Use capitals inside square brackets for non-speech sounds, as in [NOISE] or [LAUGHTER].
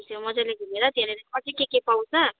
[UNINTELLIGIBLE] मजाले घुमेर त्यहाँनिर अझै के के पाउँछ